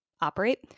operate